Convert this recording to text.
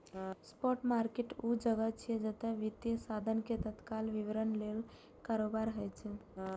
spot market ऊ जगह छियै, जतय वित्तीय साधन के तत्काल वितरण लेल कारोबार होइ छै